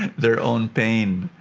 and their own pain.